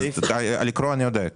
לקרוא אני יודע,